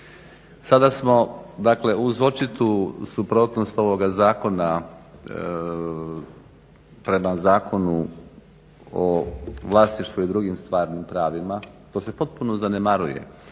Sada smo, dakle uz očitu suprotnost ovoga zakona prema Zakonu o vlasništvu i drugim stvarnim pravima to se potpuno zanemaruje